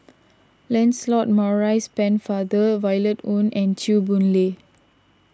Lancelot Maurice Pennefather Violet Oon and Chew Boon Lay